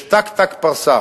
יש ת"ק פרסה